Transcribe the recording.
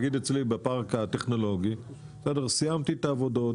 נגיד אצלי בפארק הטכנולוגי סיימתי את העבודות,